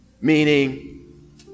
meaning